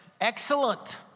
excellent